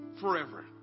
forever